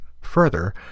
Further